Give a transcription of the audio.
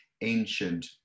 ancient